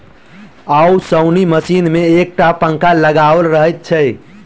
ओसौनी मशीन मे एक टा पंखा लगाओल रहैत छै